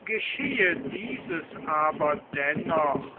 geschehe dieses aber dennoch